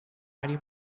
área